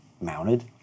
mounted